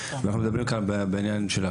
צריך לציין נקודה